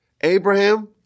Abraham